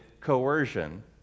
coercion